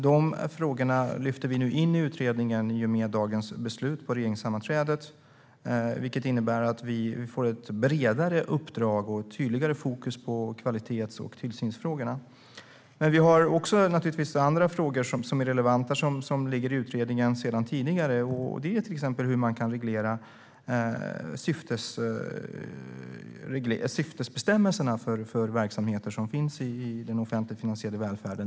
Dessa frågor lyfter vi nu in i utredningen i och med dagens beslut på regeringssammanträdet, vilket innebär ett bredare uppdrag och ett tydligare fokus på kvalitets och tillsynsfrågorna. Vi har naturligtvis också andra relevanta frågor som ligger i utredningen sedan tidigare, till exempel en reglering av syftesbestämmelserna för verksamheter som finns i den offentligt finansierade välfärden.